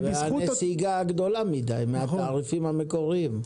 הייתה נסיגה גדולה מידי מהתעריפים המקוריים.